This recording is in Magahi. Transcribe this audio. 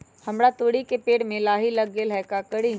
हमरा तोरी के पेड़ में लाही लग गेल है का करी?